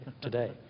today